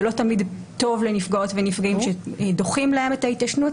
זה לא תמיד טוב לנפגעות ונפגעים שדוחים להם את ההתיישנות.